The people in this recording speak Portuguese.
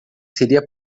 seria